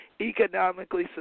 economically